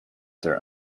their